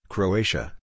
Croatia